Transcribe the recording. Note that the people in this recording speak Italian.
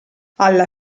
alla